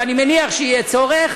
ואני מניח שיהיה צורך,